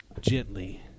gently